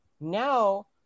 Now